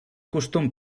costum